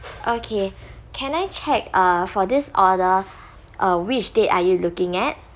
okay can I check uh for this order uh which date are you looking at